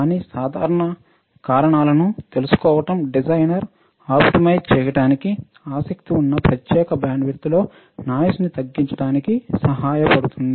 కానీ సాధారణ కారణాలను తెలుసుకోవడం డిజైనర్ ఆప్టిమైజ్ చేయడానికి ఆసక్తి ఉన్నా ప్రత్యేక బ్యాండ్విడ్త్లో నాయిస్న్ని తగ్గించడానికి సహాయపడుతుంది